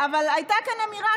תודה רבה,